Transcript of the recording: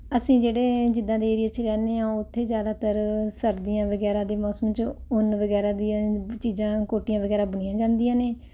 ਅਸੀਂ ਜਿਹੜੇ ਜਿੱਦਾਂ ਦੇ ਏਰੀਏ 'ਚ ਰਹਿੰਦੇ ਆ ਉੱਥੇ ਜ਼ਿਆਦਾਤਰ ਸਰਦੀਆਂ ਵਗੈਰਾ ਦੇ ਮੌਸਮ 'ਚ ਉੱਨ ਵਗੈਰਾ ਦੀਆਂ ਚੀਜ਼ਾਂ ਕੋਟੀਆਂ ਵਗੈਰਾ ਬੁਣੀਆਂ ਜਾਂਦੀਆਂ ਨੇ